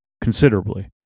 considerably